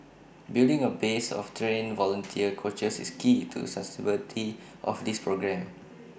building A base of trained volunteer coaches is key to the sustainability of this programme